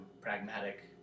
pragmatic